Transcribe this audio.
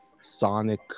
Sonic